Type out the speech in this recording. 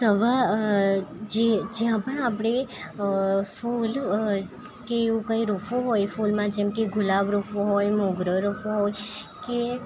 સવાલ જ્યાં પણ આપણે જે જ્યાં પણ આપણે ફૂલ હોય કે એવું કંઈ રોપવું હોય ફૂલમાં જેમકે ગુલાબ રોપવો હોય મોગરો રોપવો હોય કે